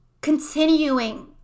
continuing